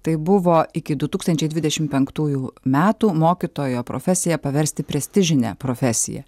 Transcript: tai buvo iki du tūkstančiai dvidešim penktųjų metų mokytojo profesiją paversti prestižine profesija